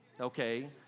okay